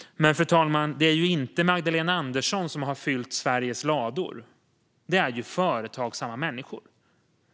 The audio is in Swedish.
Men, fru talman, det är ju inte Magdalena Andersson som har fyllt Sveriges lador, utan företagsamma människor.